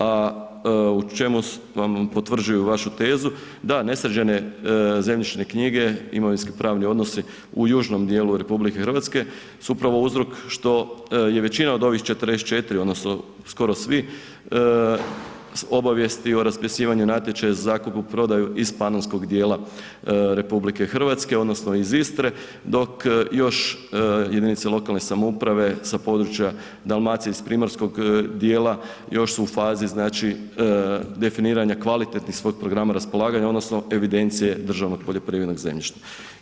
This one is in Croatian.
A u čemu vam potvrđuju vašu tezu, da, nesređene zemljišne knjige, imovinsko-pravni odnosi u južnom dijelu RH su upravo uzrok što je većina od ovih 44, odnosno skoro svi, obavijesti o raspisivanju natječaja za kupoprodaju iz panonskog dijela RH odnosno iz Istre, dok još jedinice lokalne samouprave sa područja Dalmacije iz primorskog dijela još su u fazi znači definiranja kvalitetnih svojih programa raspolaganja, odnosno evidencije državnog poljoprivrednog zemljišta.